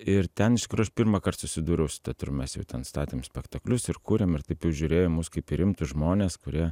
ir ten iš tikrųjų aš pirmąkart susiduriu su teatru mes jau ten statėm spektaklius ir kūrėm ir taip jau žiurėjo į mus kaip į rimtus žmones kurie